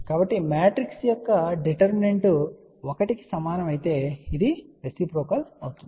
కాబట్టి మ్యాట్రిక్స్ యొక్క డిటర్మినెంట్1 కి సమానం అయితే ఇది రెసిప్రోకల్ నెట్వర్క్ అవుతుంది